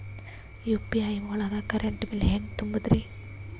UPI ಒಳಗ current bill ಹೆಂಗ್ ತುಂಬದ್ರಿ?